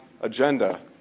agenda